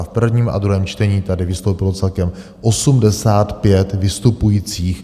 V prvním a druhém čtení tady vystoupilo celkem 85 vystupujících.